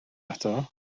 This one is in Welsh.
eto